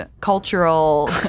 cultural